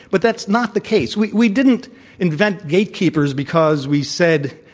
but that's not the case. we we didn't invent gatekeepers because we said